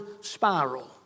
spiral